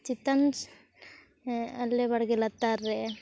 ᱪᱮᱛᱟᱱ ᱟᱞᱮ ᱵᱟᱲᱜᱮ ᱞᱟᱛᱟᱨ ᱨᱮ